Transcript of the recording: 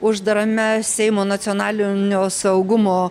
uždarame seimo nacionalinio saugumo